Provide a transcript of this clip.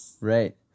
Right